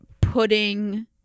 pudding